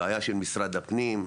בעיה של משרד הפנים,